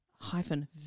hyphen